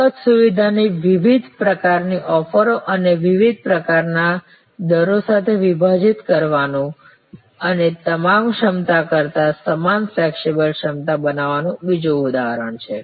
એક જ સુવિધાને વિવિધ પ્રકારની ઓફરો અને વિવિધ પ્રકારના દરો સાથે વિભાજિત કરવાનું અને તમામ ક્ષમતા કરતાં સમાન ફ્લેક્સિબલ ક્ષમતા બનાવવાનું બીજું ઉદાહરણ છે